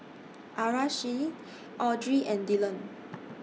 Aracely Audry and Dillion